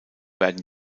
werden